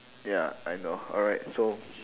ya I know alright so